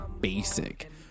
basic